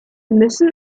müssen